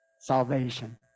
salvation